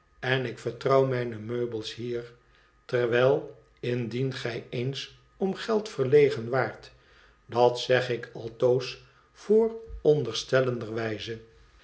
en ik vertrouw mijne meubels hier terwijl indien gij eens om geld verlegen waart dat zeg ik altoos vooronderstellenderwijs